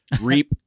reap